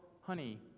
honey